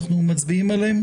אנחנו מצביעים עליהן?